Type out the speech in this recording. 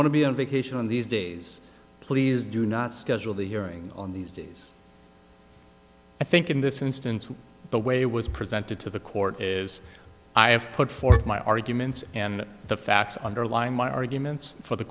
going to be on vacation on these days please do not scheduled a hearing on these days i think in this instance the way it was presented to the court is i have put forth my arguments and the facts underlying my arguments for the